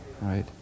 right